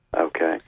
Okay